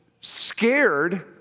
scared